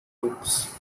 groups